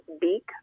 beak